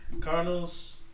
Cardinals